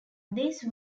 these